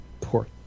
Poor